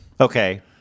Okay